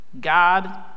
God